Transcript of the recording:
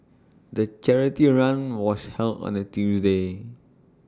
the charity run was held on A Tuesday